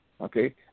okay